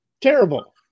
terrible